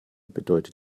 bedeutet